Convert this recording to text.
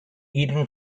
eton